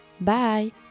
Bye